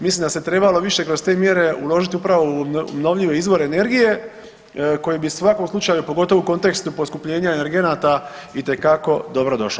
Mislim da se trebalo više kroz te mjere uložiti upravo u obnovljive izvore energije koje bi u svakom slučaju, pogotovo u kontekstu poskupljenja energenata itekako dobro došao.